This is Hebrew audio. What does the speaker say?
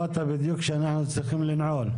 בדיוק כשאנחנו צריכים לנעול.